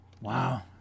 Wow